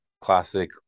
classic